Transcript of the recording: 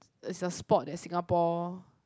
it's a sport that Singapore